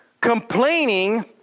complaining